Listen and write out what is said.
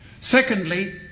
Secondly